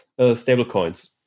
stablecoins